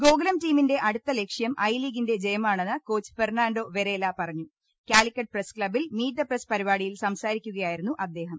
ഗോകുലം ടീമിന്റെ അടുത്ത ലക്ഷ്യം ഐ ലീഗിന്റെ ജയമാണെന്ന് കോച്ച് ഫെർണാണ്ടോ വെ രേല പറഞ്ഞു Calicut press club meet the press പരിപാടിയിൽ സംസാരിക്കുകയായിരുന്നു അദ്ദേഹം